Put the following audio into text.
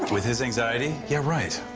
with his anxiety? yeah, right.